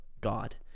god